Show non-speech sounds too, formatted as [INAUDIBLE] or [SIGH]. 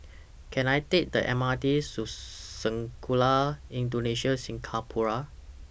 Can I Take The M R T [UNINTELLIGIBLE] Sekolah Indonesia Singapura